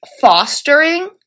fostering